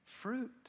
fruit